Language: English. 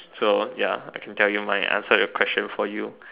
so ya I can tell you mine answer your question for you